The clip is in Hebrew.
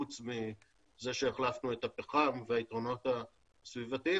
חוץ מזה שהחלפנו את הפחם והיתרונות הסביבתיים,